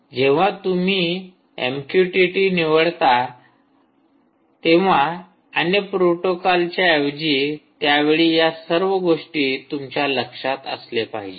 जेव्हा तुम्ही एमक्यूटीटी निवडता तेंव्हा अन्य प्रोटोकॉलच्या ऐवजी त्यावेळी या सर्व गोष्टी तुमच्या लक्षात असले पाहिजे